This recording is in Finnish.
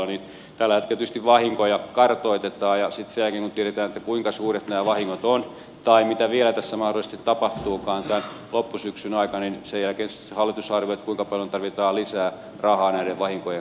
tällä hetkellä tietysti vahinkoja kartoitetaan ja sitten sen jälkeen kun tiedetään kuinka suuret nämä vahingot ovat tai mitä vielä tässä mahdollisesti tapahtuukaan tämän loppusyksyn aikana hallitus arvioi kuinka paljon tarvitaan lisää rahaa ne vahinkoja